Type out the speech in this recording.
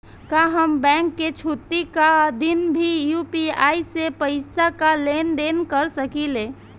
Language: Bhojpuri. का हम बैंक के छुट्टी का दिन भी यू.पी.आई से पैसे का लेनदेन कर सकीले?